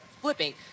flipping